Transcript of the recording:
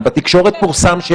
התש"ף-2020 בחוק